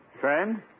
Friend